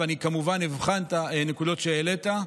ואני כמובן אבחן את הנקודות שהעלית,